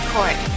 Court